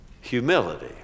Humility